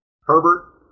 Herbert